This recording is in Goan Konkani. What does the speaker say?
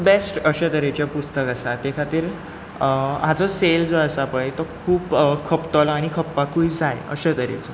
बेस्ट अशें तरेचें पुस्तक आसा ते खातीर हाजो सेल जो आसा पळय तो खूब खपतलो आनी खपाकूय जाय अशें तरेचो